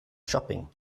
shopping